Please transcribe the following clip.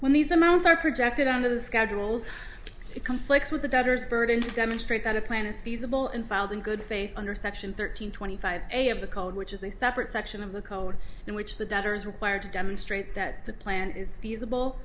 when these amounts are projected on to the schedules it conflicts with the debtors burden to demonstrate that a plan is feasible and filed in good faith under section thirteen twenty five a of the code which is a separate section of the code in which the debtor is required to demonstrate that the plan is feasible